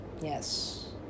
yes